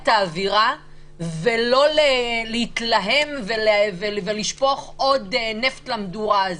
האווירה ולא להתלהם ולשפוך עוד נפט למדורה הזאת.